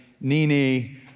Nini